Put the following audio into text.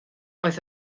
oedd